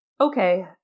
Okay